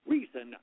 Reason